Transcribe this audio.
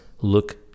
look